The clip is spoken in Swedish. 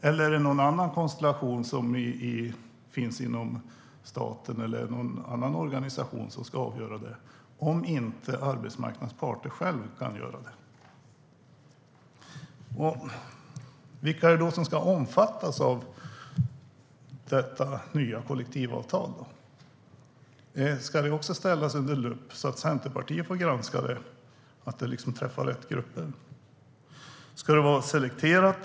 Eller är det någon annan konstellation som finns inom staten eller någon annan organisation som ska avgöra det om inte arbetsmarknadens parter själva kan göra det? Vilka är det då som ska omfattas av detta nya kollektivavtal? Ska det också ställas under lupp så att Centerpartiet får granska det så att det träffar rätt grupper? Ska det vara selekterat?